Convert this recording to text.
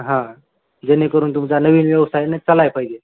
हां जेणेकरून तुमचा नवीन व्यवसायनं चालाय पाहिजे